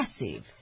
massive